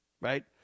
right